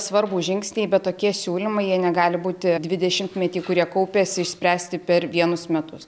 svarbūs žingsniai bet tokie siūlymai jie negali būti dvidešimtmetį kurie kaupėsi išspręsti per vienus metus